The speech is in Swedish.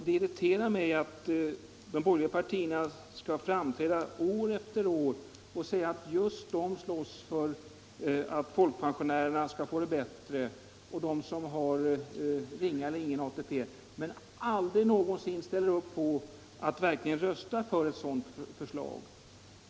Det irriterar mig att de borgerliga partierna år efter år säger att just de slåss för att folkpensionärerna och de som har ringa eller ingen ATP skall få det bättre men aldrig röstar för ett sådant förslag.